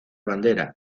bandera